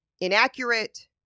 inaccurate